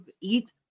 eat